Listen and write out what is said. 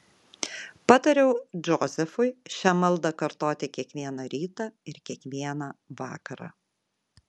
patariau džozefui šią maldą kartoti kiekvieną rytą ir kiekvieną vakarą